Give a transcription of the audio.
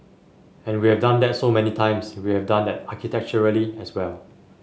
and we have done that so many times we have done that architecturally as well